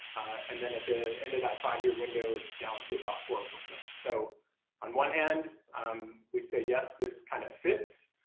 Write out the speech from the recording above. and then, at the end of that five-year window it's down to about four. so on one hand um we'd say, yes. this kind of fits,